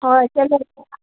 হয় তেনে